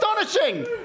astonishing